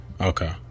okay